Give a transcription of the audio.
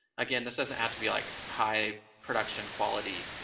again, this doesn't have to be like high production quality.